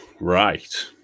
right